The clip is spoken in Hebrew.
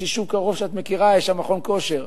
יש יישוב קרוב שאת מכירה, יש שם מכון כושר.